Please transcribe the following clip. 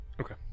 Okay